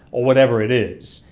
or whatever it is.